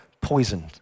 poisoned